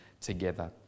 together